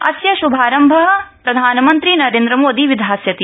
अस्य श्भारम्भ प्रधानमन्त्री नरेन्द्र मोदी विधास्यति